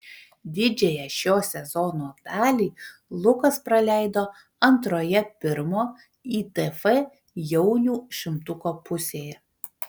didžiąją šio sezono dalį lukas praleido antroje pirmo itf jaunių šimtuko pusėje